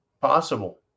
Possible